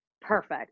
perfect